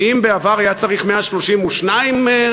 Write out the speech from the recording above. ואם בעבר היה צריך 132 חודשים,